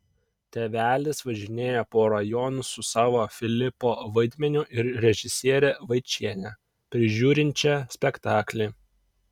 tėvelis važinėja po rajonus su savo filipo vaidmeniu ir režisiere vaičiene prižiūrinčia spektaklį